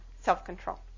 self-control